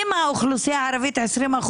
אם האוכלוסייה הערבית 20%,